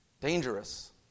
Dangerous